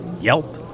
yelp